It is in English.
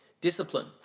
Discipline